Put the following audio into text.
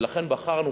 ולכן בחרנו,